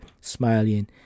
smiling